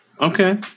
Okay